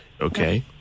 Okay